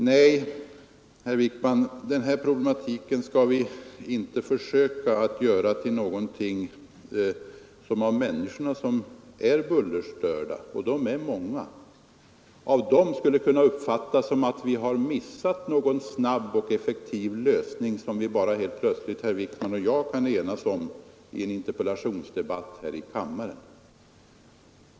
Nej, herr Wijkman, den här problematiken skall vi inte försöka att göra till någonting som av de människor som är bullerstörda — och de är många — skulle kunna uppfattas så, att vi har missat någon snabb och effektiv lösning som bara herr Wijkman och jag helt plötsligt skulle kunna enas om i en interpellationsdebatt här i kammaren.